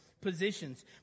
positions